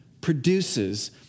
produces